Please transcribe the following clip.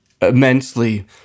immensely